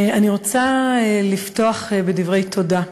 אני רוצה לפתוח בדברי תודה: